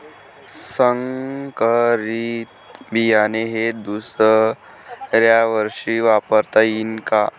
संकरीत बियाणे हे दुसऱ्यावर्षी वापरता येईन का?